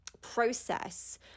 process